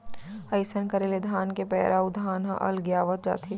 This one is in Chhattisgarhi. अइसन करे ले धान के पैरा अउ धान ह अलगियावत जाथे